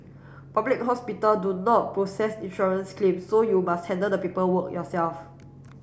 public hospital do not process insurance claims so you must handle the paperwork yourself